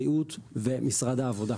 בריאות ומשרד העבודה.